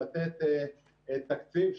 לתת תקציב,